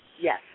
yes